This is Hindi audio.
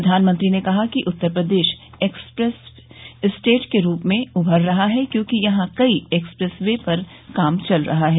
प्रधानमंत्री ने कहा कि उत्तर प्रदेश एक्सप्रेस स्टेट के रूप में उभर रहा है क्योंकि यहां कई एक्सप्रेस वे पर काम चल रहा है